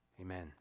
Amen